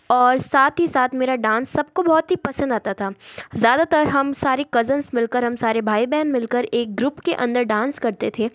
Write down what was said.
और साथ ही साथ मेरा डांस सब को बहुत ही पसंद आता था ज़्यादातर हम सारे कज़न्स मिल कर हम सारे भाई बहन मिल कर एक ग्रुप के अंदर डांस करते थे